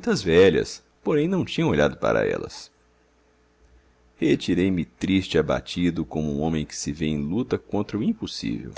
muitas velhas porém não tinham olhado para elas retirei-me triste e abatido como um homem que se vê em luta contra o impossível